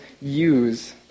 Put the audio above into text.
use